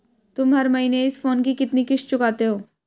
तुम हर महीने इस फोन की कितनी किश्त चुकाते हो?